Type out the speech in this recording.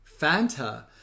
Fanta